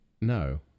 No